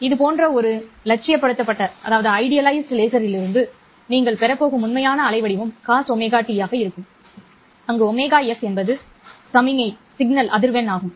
இது போன்ற ஒரு இலட்சியப்படுத்தப்பட்ட லேசரிலிருந்து நீங்கள் லேசரிலிருந்து பெறப் போகும் உண்மையான அலைவடிவம் cos ωst ஆக இருக்கும் அங்கு ωs சமிக்ஞை அதிர்வெண்ணுக்கு நிற்கும்